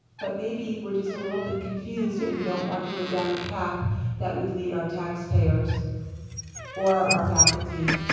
but maybe we're just a little bit confused and we don't want to go down a path that would lead our taxpayers or our faculty,